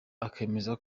akemeza